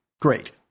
great